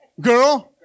Girl